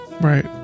Right